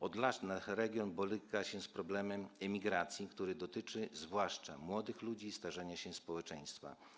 Od lat nasz region boryka się z problemami emigracji, który dotyczy zwłaszcza młodych ludzi, i starzenia się społeczeństwa.